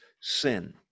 sin